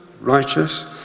righteous